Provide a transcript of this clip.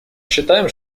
считаем